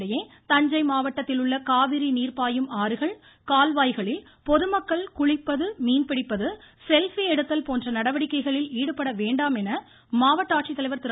இதனிடையே தஞ்சை மாவட்டத்திலுள்ள காவிரி நீர் பாயும் ஆறுகள் கால்வாய்களில் பொதுமக்கள் குளிப்பது மீன்பிடிப்பது செல்பி எடுத்தல் போன்ற நடவடிக்கைகளில் ஈடுபட வேண்டாம் என மாவட்ட ஆட்சித்தலைவர் திரு